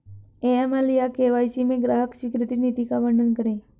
AML या KYC में ग्राहक स्वीकृति नीति का वर्णन करें?